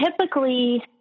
typically